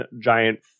giant